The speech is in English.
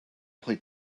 play